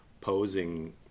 posing